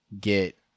get